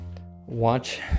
watch